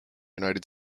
united